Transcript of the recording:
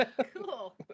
Cool